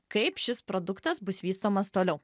kaip šis produktas bus vystomas toliau